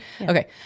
Okay